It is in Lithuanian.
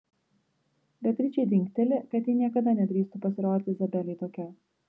beatričei dingteli kad ji niekada nedrįstų pasirodyti izabelei tokia